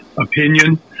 opinion